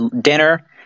dinner